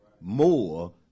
more